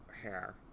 hair